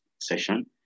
session